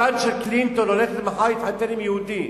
הבת של קלינטון הולכת להתחתן מחר עם יהודי,